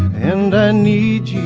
and need